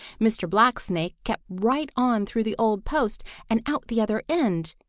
mr. blacksnake kept right on through the old post and out the other end,